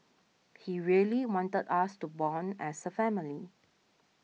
he really wanted us to bond as a family